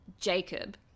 Jacob